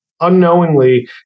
Unknowingly